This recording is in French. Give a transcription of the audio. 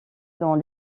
dans